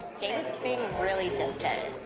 david's being really distant.